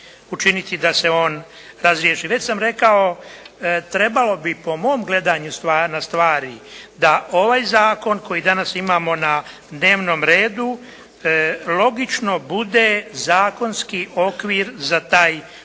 učiniti da se on razriješi. Već sam rekao, trebalo bi po mom gledanju na stvari da ovaj zakon koji danas imamo na dnevnom redu logično bude zakonski okvir za taj